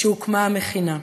כשהוקמה המכינה,